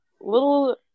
little